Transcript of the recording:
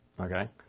Okay